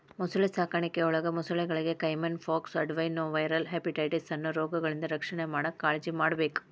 ಮೊಸಳೆ ಸಾಕಾಣಿಕೆಯೊಳಗ ಮೊಸಳೆಗಳಿಗೆ ಕೈಮನ್ ಪಾಕ್ಸ್, ಅಡೆನೊವೈರಲ್ ಹೆಪಟೈಟಿಸ್ ಅನ್ನೋ ರೋಗಗಳಿಂದ ರಕ್ಷಣೆ ಮಾಡಾಕ್ ಕಾಳಜಿಮಾಡ್ಬೇಕ್